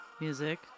music